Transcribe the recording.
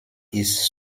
ist